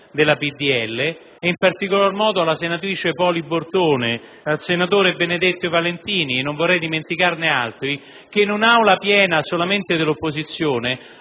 sera e, in particolare, alla senatrice Poli Bortone, al senatore Benedetti Valentini e non vorrei dimenticarne altri, che, in un'Aula piena solamente di esponenti